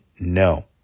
no